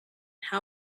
how